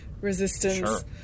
resistance